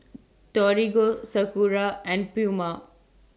Torigo Sakura and Puma